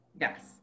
Yes